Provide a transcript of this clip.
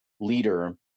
leader